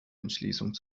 entschließung